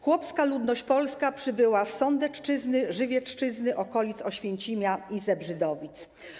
Chłopska ludność polska przybyła z Sądecczyzny, Żywiecczyzny, okolic Oświęcimia i Zebrzydowic.